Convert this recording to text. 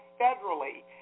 federally